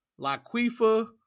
Laquifa